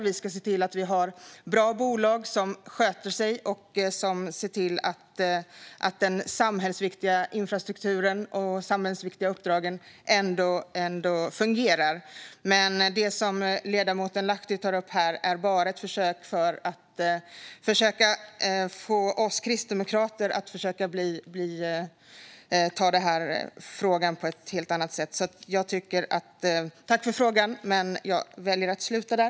Vi ska se till att vi har bra bolag som sköter sig och som ser till att den samhällsviktiga infrastrukturen och de samhällsviktiga uppdragen fungerar. Det som ledamoten Lahti tar upp här är bara ett försök att få oss kristdemokrater att ta frågan på ett helt annat sätt. Så tack för frågan, men jag väljer att sluta där.